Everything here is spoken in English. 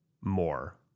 More